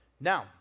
Now